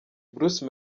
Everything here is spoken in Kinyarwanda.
bruce